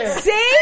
See